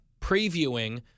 previewing